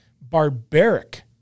barbaric